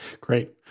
Great